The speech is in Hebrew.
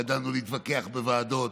ידענו להתווכח בוועדות,